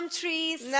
trees